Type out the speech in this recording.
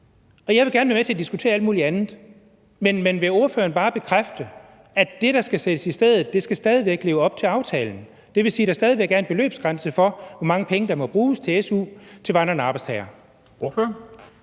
jeg vil gerne være med til at diskutere alt muligt andet, at det, der skal sættes i stedet, stadig væk skal leve op til aftalen, og det vil sige, at der stadig væk er en beløbsgrænse for, hvor mange penge der må bruges til su til vandrende arbejdstagere.